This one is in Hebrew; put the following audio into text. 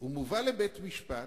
מובא לבית-משפט,